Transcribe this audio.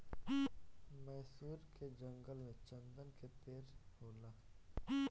मैसूर के जंगल में चन्दन के पेड़ होला